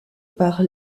par